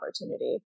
opportunity